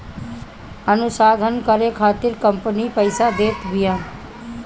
अनुसंधान करे खातिर कंपनी पईसा देत बिया